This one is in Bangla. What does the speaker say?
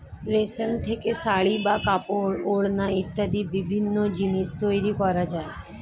রেশম থেকে শাড়ী বা কাপড়, ওড়না ইত্যাদি বিভিন্ন জিনিস তৈরি করা যায়